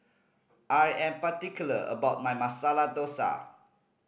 I am particular about my Masala Dosa